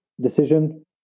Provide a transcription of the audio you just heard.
decision